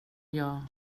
jag